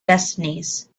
destinies